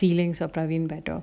feelings probably better